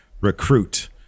recruit